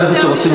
חברת הכנסת שפיר,